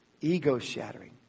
ego-shattering